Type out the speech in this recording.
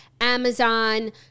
amazon